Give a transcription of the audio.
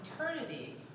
eternity